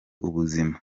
ubuzima